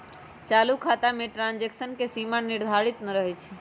चालू खता में ट्रांजैक्शन के सीमा निर्धारित न रहै छइ